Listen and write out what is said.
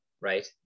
right